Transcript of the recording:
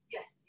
Yes